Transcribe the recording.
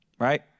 Right